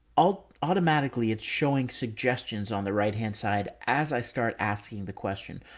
i'll automatically, it's showing suggestions on the right hand side as i start asking the question.